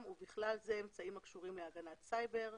ובכלל זה אמצעים הקשורים להגנת סייבר,